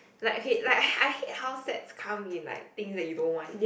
like okay like I hate how sets come in like things that you don't want